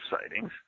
sightings